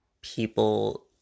people